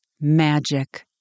magic